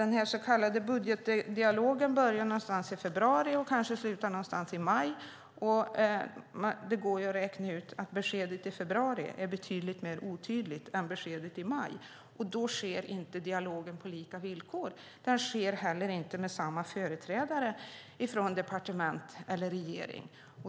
Den så kallade budgetdialogen börjar någonstans i februari och kanske slutar någonstans i maj. Det går att räkna ut att beskedet i februari är betydligt mer otydligt än beskedet i maj. Då sker inte dialogen på lika villkor, och den sker heller inte med samma företrädare från departement eller regering.